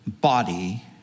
body